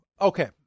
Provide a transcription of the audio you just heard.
okay